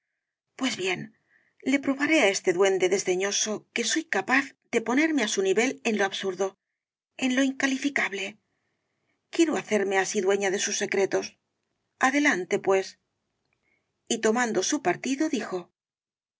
pues bien le probaré á este duende desdeñoso que soy capaz de ponerme á su nivel en lo absurdo en lo incalificable quiero hacerme así dueña de sus secretos adelante pues y tomando su partido dijo